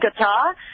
Qatar